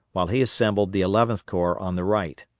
while he assembled the eleventh corps on the right.